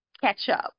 ketchup